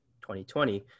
2020